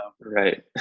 Right